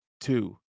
two